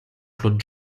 claude